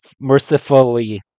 mercifully